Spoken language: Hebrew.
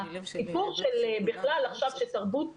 הסיפור בכלל עכשיו של תרבות